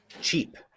cheap